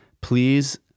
please